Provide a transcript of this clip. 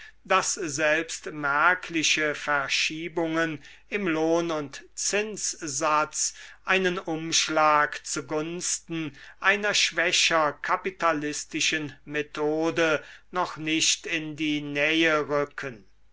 daß selbst merkliche verschiebungen im lohn und zinssatz einen umschlag zu gunsten einer schwächer kapitalistischen methode noch nicht in die nähe rücken